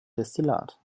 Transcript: destillat